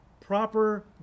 proper